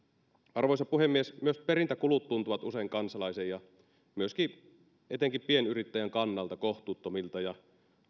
arvoisa puhemies myös perintäkulut tuntuvat usein kansalaisen ja myöskin etenkin pienyrittäjän kannalta kohtuuttomilta ja